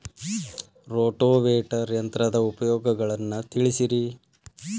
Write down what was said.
rotavator ಯಂತ್ರದ ಉಪಯೋಗಗಳನ್ನ ತಿಳಿಸಿರಿ